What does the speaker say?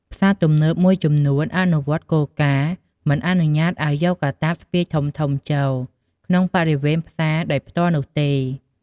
ផ្សារទំនើបមួយចំនួនអនុវត្តគោលការណ៍ មិនអនុញ្ញាតឱ្យយកកាតាបស្ពាយធំៗចូល ក្នុងបរិវេណផ្សារដោយផ្ទាល់នោះទេ។